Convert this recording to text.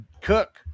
Cook